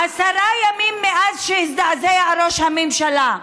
עשרה ימים מאז שהזדעזע ראש הממשלה,